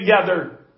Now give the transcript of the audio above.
together